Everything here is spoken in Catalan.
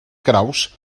graus